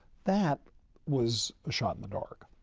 that was a shot in the dark.